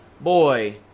Boy